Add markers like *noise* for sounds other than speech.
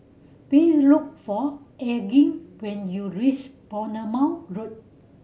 *unintelligible* look for Elgin when you reach Bournemouth Road